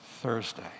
Thursday